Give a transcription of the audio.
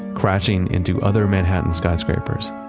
crashing into other manhattan skyscrapers.